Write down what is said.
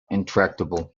intractable